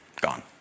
gone